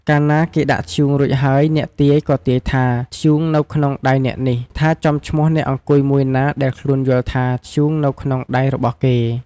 កាលណាគេដាក់ធ្យូងរួចហើយ អ្នកទាយ ក៏ទាយថា ធ្យូងនៅក្នុងដៃអ្នកនេះ ថាចំឈ្មោះអ្នកអង្គុយមួយណា ដែលខ្លួនយល់ថាធ្យូងនៅក្នុងដៃរបស់គេ។